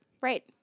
Right